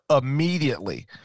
immediately